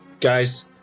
guys